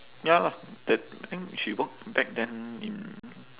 ya lah that I think she work back then in